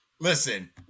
listen